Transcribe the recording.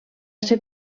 ser